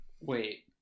wait